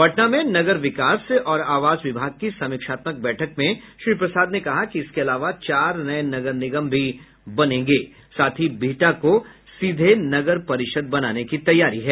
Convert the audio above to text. पटना में नगर विकास और आवास विभाग की समीक्षात्मक बैठक में श्री प्रसाद ने कहा कि इसके अलावा चार नये नगर निगम भी बनेंगे साथ ही बिहटा को सीधे नगर परिषद बनाने की तैयारी है